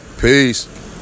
peace